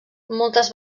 moltes